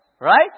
right